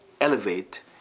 elevate